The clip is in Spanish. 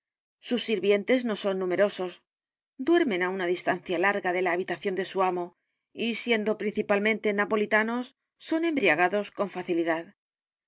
sus sirvientes no son numerosos duermen á u n a distancia l a r g a de la habitación de su amo y siendo principalmente napolitanos son embriagados con facilidad